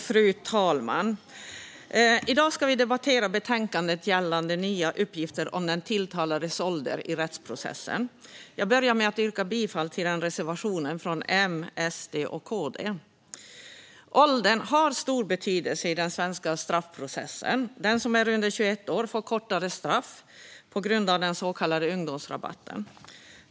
Fru talman! I dag ska vi debattera betänkandet gällande nya uppgifter om den tilltalades ålder i rättsprocessen. Jag börjar med att yrka bifall till reservationen från M, SD och KD. Åldern har stor betydelse i den svenska straffprocessen. Den som är under 21 år får kortare straff på grund av den så kallade ungdomsrabatten.